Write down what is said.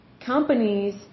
companies